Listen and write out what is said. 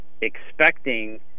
expecting